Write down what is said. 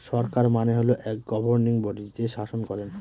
সরকার মানে হল এক গভর্নিং বডি যে শাসন করেন